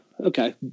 Okay